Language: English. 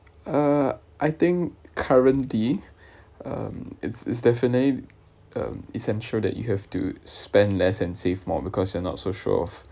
uh I think currently um it's it's definitely um essential that you have to spend less and save more because they're not so sure of